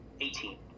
Eighteen